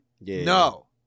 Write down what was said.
No